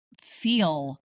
feel